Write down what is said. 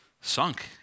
sunk